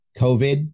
COVID